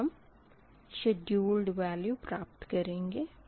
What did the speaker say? अब हम scheduled value प्राप्त करेंगे